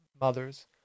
mothers